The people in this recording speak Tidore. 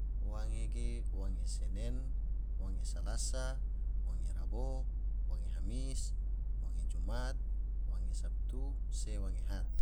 Wange ge senen, wange salasa, wange rabo, wange hamis, wange jumat, wange sabtu, se wange had.